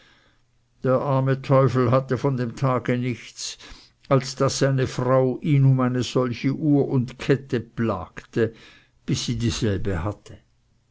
der arme teufel hatte von dem tage nichts als daß seine frau ihn um eine solche uhr und kette plagte bis sie dieselbe hatte